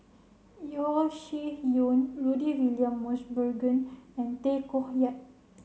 Yeo Shih Yun Rudy William Mosbergen and Tay Koh Yat